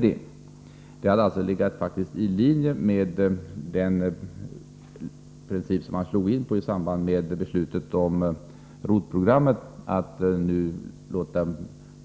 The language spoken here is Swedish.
Det hade faktiskt legat i linje med den princip som man slog in på i samband med beslutet om ROT programmet att nu låta